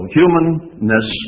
humanness